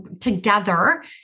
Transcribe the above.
together